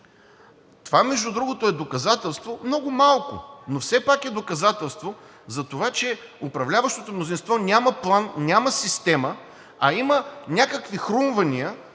Това, между другото, е доказателство – много малко, но все пак е доказателство за това, че управляващото мнозинство няма план, няма система, а има някакви хрумвания,